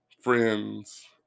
friends